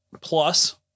plus